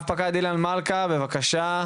רב פקד אילן מלכא, בבקשה.